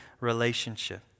relationship